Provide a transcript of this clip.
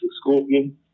Scorpion